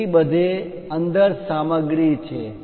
તેથી બધે અંદર સામગ્રી છે